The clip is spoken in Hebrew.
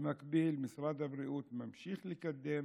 במקביל משרד הבריאות ממשיך לקדם